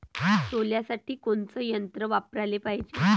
सोल्यासाठी कोनचं यंत्र वापराले पायजे?